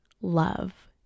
love